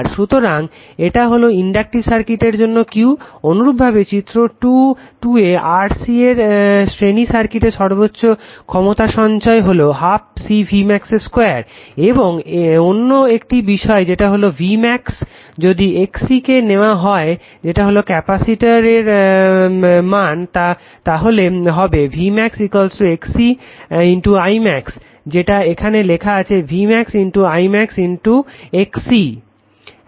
সুতরাং এটা হলো ইনডাকটিভ সার্কিটের জন্য Q অনুরূপভাবে চিত্র 2 এ RC এর শ্রেণী সার্কিটে সর্বোচ্চ ক্ষমতা সঞ্চয় হলো 12 CV max 2 এবং অন্য একটি বিষয় যেটা হলো V max যদি XC কে নেওয়া হয় যেটা হলো ক্যাপাসিটর এর মান তাহলে হবে V max XC I max যেটা এখানে লেখা আছে V max I max XC